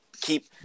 keep